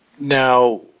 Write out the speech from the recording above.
Now